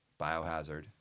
Biohazard